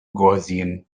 gaussian